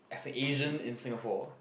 as an Asian in Singapore